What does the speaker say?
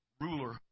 ruler